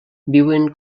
viuen